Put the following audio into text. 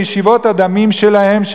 וישיבות הדמים שלהם,